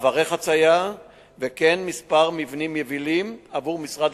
מעברי חצייה וכן כמה מבנים יבילים עבור משרד